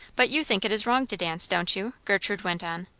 but you think it is wrong to dance, don't you? gertrude went on.